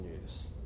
news